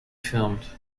filmed